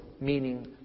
meaning